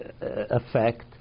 effect